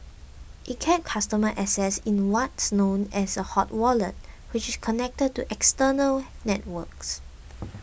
it kept customer assets in what's known as a hot wallet which is connected to external networks